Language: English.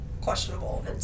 questionable